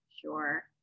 sure